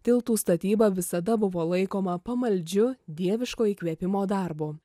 tiltų statyba visada buvo laikoma pamaldžiu dieviško įkvėpimo darbu